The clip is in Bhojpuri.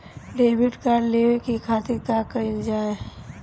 डेबिट कार्ड लेवे के खातिर का कइल जाइ?